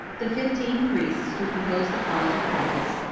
the fifteen priests, who composed the college of pontiffs,